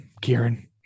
Kieran